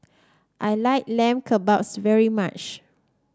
I like Lamb Kebabs very much